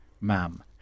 ma'am